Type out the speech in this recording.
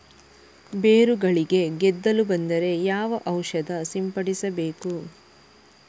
ಬೇರುಗಳಿಗೆ ಗೆದ್ದಲು ಬಂದರೆ ಯಾವ ಔಷಧ ಸಿಂಪಡಿಸಬೇಕು?